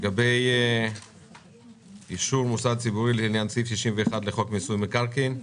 לגבי אישור מוסד ציבורי לעניין סעיף 61 לחוק מיסוי מקרקעין.